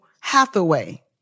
Hathaway